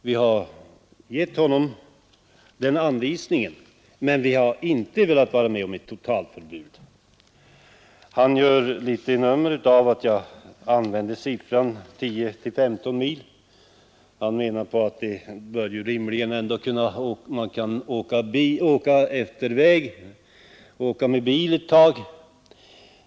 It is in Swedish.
Vi har lämnat den anvisningen, men vi har inte velat vara med om ett totalförbud. Herr Lindberg gjorde ett stort nummer av att jag uppgav att det finns gruvarbetare som har sina stugor 10—15 mil ut i terrängen. Han menade att man rimligen bör kunna åka bil på någon väg.